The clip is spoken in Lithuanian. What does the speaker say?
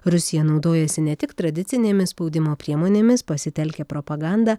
rusija naudojasi ne tik tradicinėmis spaudimo priemonėmis pasitelkia propagandą